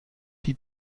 die